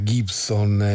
Gibson